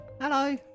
Hello